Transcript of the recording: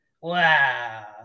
Wow